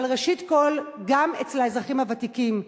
אבל ראשית כול, גם אצל האזרחים הוותיקים.